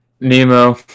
nemo